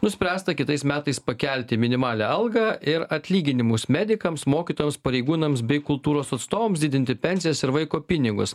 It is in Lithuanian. nuspręsta kitais metais pakelti minimalią algą ir atlyginimus medikams mokytojams pareigūnams bei kultūros atstovams didinti pensijas ir vaiko pinigus